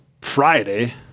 Friday